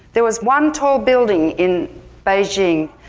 there was one tall building in beijing.